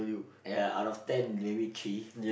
ya out of ten maybe three